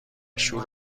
شور